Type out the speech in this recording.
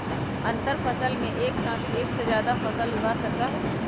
अंतरफसल में एक साथ एक से जादा फसल उगा सका हई